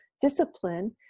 discipline